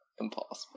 impossible